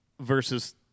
versus